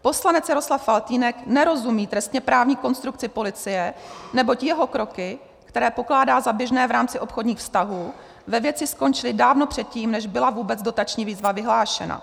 Poslanec Jaroslav Faltýnek nerozumí trestněprávní konstrukci policie, neboť jeho kroky, které pokládá za běžné v rámci obchodních vztahů, ve věci skončily dávno předtím, než byla vůbec dotační výzva vyhlášena.